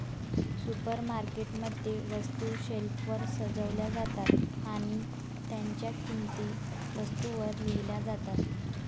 supermarket मध्ये, वस्तू शेल्फवर सजवल्या जातात आणि त्यांच्या किंमती वस्तूंवर लिहिल्या जातात